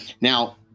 now